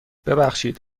ببخشید